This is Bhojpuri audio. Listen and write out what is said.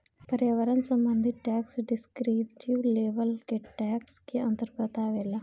पर्यावरण संबंधी टैक्स डिस्क्रिप्टिव लेवल के टैक्स के अंतर्गत आवेला